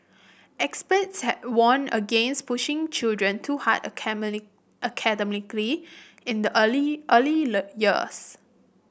experts had warned against pushing children too hard academically in the early early years